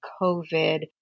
COVID